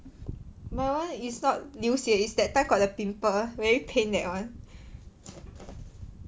my [one] is not 流血 is that time got the pimple very pain that [one]